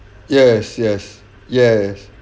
yes yes yes